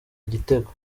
igitego